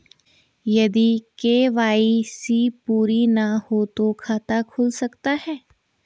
यदि के.वाई.सी पूरी ना हो तो खाता खुल सकता है?